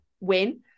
win